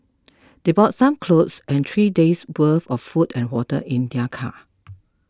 they brought some clothes and three days worth of food and water in their car